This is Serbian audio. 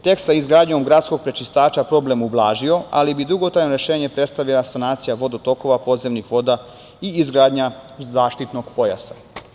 Tek sa izgradnjom gradskog prečistača bi se problem ublažio, ali bi dugotrajno rešenje predstavljala sanacija vodotokova, podzemnih voda i izgradnja zaštitnog pojasa.